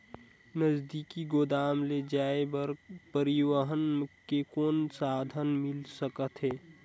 नजदीकी गोदाम ले जाय बर परिवहन के कौन साधन मिल सकथे?